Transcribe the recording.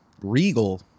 regal